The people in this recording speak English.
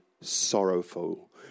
sorrowful